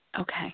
Okay